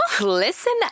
listen